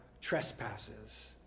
trespasses